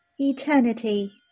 eternity